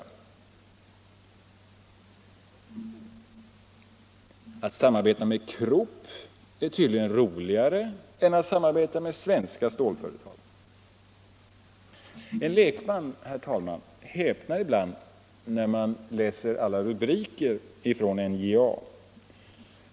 Att samarbeta med Krupp är tydligen roligare än att samarbeta med svenska stålföretag. En lekman häpnar ibland när han läser om alla planer i NJA.